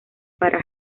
para